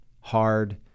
hard